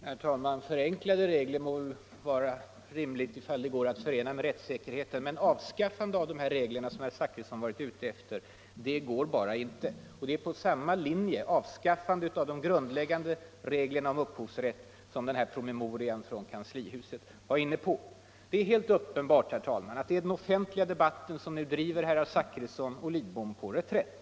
Herr talman! Förenklade regler må vara rimliga ifall de går att förena med rättssäkerhet och upphovsrätt. Men att avskaffa de här reglerna, som herr Zachrisson varit ute efter, det går inte. Och det är samma linje — avskaffande av de grundläggande reglerna om upphovsrätten — som promemorian från kanslihuset var inne på. Det är helt uppenbart att det är den offentliga debatten som nu driver herrar Zachrisson och Lidbom till reträtt.